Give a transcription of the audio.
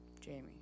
Jamie